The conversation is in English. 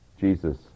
Jesus